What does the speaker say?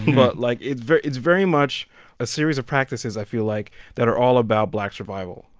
but, like, it's very it's very much a series of practices, i feel like, that are all about black survival.